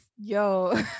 yo